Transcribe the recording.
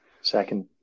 Second